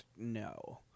No